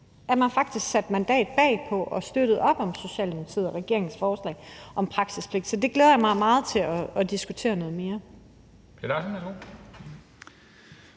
at man faktisk satte sit mandat bag og støttede op om Socialdemokratiet og regeringens forslag om praksispligt. Så det glæder jeg mig meget til at diskutere noget mere.